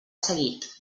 seguit